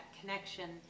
connection